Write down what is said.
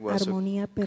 armonía